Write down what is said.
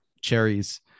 cherries